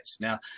Now